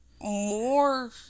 more